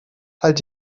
halt